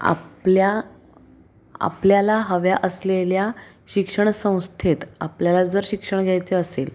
आपल्या आपल्याला हव्या असलेल्या शिक्षण संस्थेत आपल्याला जर शिक्षण घ्यायचे असेल